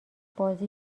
بازی